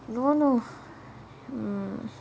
no no mm